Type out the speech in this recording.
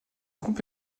groupe